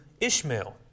Ishmael